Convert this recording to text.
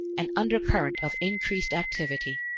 an undercurrent of increased activity.